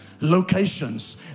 locations